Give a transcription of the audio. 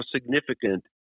significant